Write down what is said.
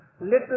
little